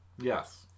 Yes